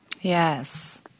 Yes